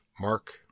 Mark